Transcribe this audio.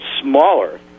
smaller